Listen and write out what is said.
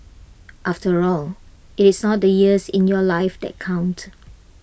after all IT is not the years in your life that count